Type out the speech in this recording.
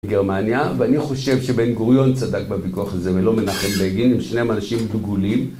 גרמניה, ואני חושב שבן גוריון צדק בויכוח הזה ולא מנחם בגין, הם שניהם אנשים דגולים.